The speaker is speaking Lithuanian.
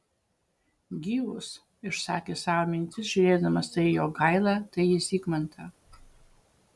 gyvus išsakė savo mintis žiūrėdamas tai į jogailą tai į zigmantą